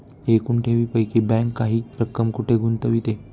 एकूण ठेवींपैकी बँक काही रक्कम कुठे गुंतविते?